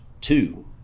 two